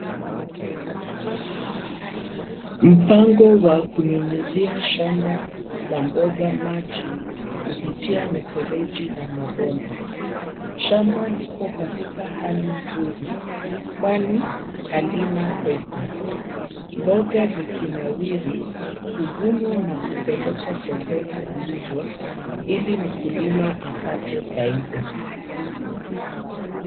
Mpango wa kunyunyuzia shamba la mboga maji kupitia mifereji na mabomba. Shamba liko katika hali nzuri kwani halina kwekwe. Mboga zikinawiri, kuvunwa na kupelekwa sokoni kuuzwa, ili mkulima apate faida.